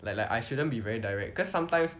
like like I shouldn't be very direct because sometimes